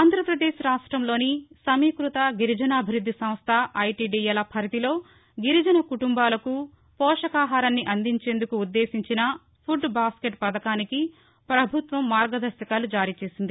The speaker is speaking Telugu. ఆంధ్రప్రదేశ్ రాష్ట్రంలోని సమీకృత గిరిజనాభివృద్ది సంస్ట ఐటిడిఎల పరిధిలో గిరిజన కుటుంబాలకు పోషకాహారాన్ని అందించేందుకు ఉద్దేశించిన పుడ్బాస్కెట్ పథకానికి ప్రభుత్వం మార్గదర్భకాలు జారీచేసింది